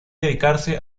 dedicarse